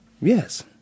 Yes